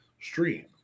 stream